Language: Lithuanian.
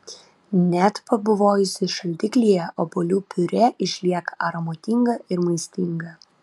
net pabuvojusi šaldiklyje obuolių piurė išlieka aromatinga ir maistinga